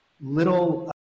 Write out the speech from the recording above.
little